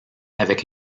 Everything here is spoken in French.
avec